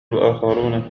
الاخرون